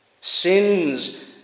Sins